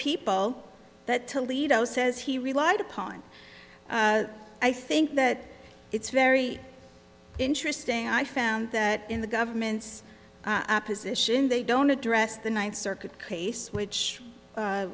people that toledo says he relied upon i think that it's very interesting i found that in the government's position they don't address the ninth circuit case which